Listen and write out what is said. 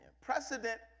Precedent